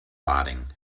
rotting